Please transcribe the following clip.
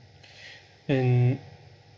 and